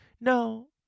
No